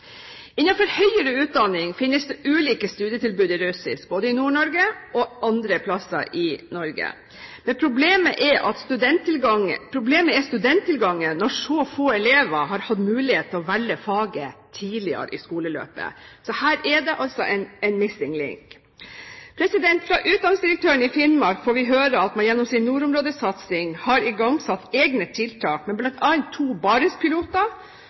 høyere utdanning finnes det ulike studietilbud i russisk, både i Nord-Norge og andre plasser i Norge. Problemet er studenttilgangen når så få elever har hatt mulighet til å velge faget tidligere i skoleløpet. Her er det altså en «missing link». Fra utdanningsdirektøren i Finnmark får vi høre at man gjennom sin nordområdesatsing har igangsatt egne tiltak,